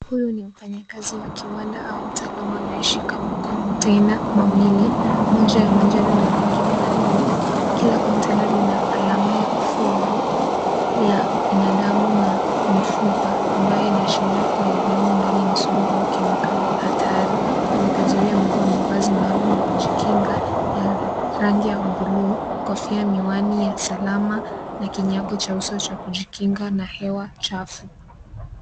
Huyu ni mfanyakazi wa kiwanda au mtaalamu anayeshika makontena mawili, moja ya manjano na lingine la bluu. Kila kontena lina alama ya fuvu la binadamu na mifupa ambayo inaashiria kuwa yaliyomo ndani ni sumu au kemikali hatari. Mfanyakazi huyu amevaa mavazi maalum ya kujikinga ya rangi ya bluu, kofia, miwani ya salama na kinyago cha uso cha kujikinga na hewa chafu.